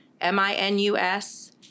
M-I-N-U-S